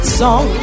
song